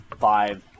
Five